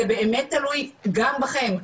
זה באמת תלוי גם בכם,